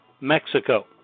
Mexico